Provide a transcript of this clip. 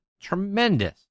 tremendous